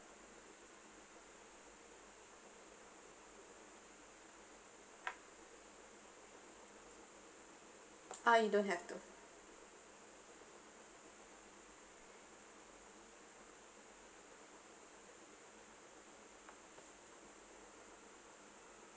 ah you don't have to